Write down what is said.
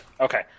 Okay